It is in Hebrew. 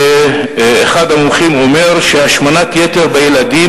שאחד המומחים אומר שהשמנת יתר בילדים